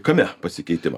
kame pasikeitimą